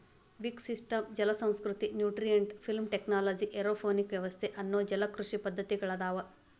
wick system ಜಲಸಂಸ್ಕೃತಿ, nutrient film technology, aeroponic ವ್ಯವಸ್ಥೆ ಅನ್ನೋ ಜಲಕೃಷಿ ಪದ್ದತಿಗಳದಾವು